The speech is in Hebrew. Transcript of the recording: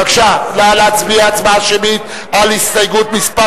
בבקשה, נא להצביע הצבעה שמית על הסתייגות מס'